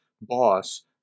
boss